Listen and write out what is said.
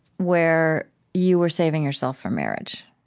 where you were saving yourself for marriage.